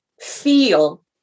feel